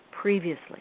previously